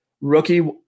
Rookie